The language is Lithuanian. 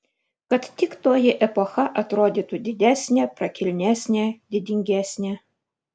kad tik toji epocha atrodytų didesnė prakilnesnė didingesnė